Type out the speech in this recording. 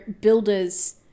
builders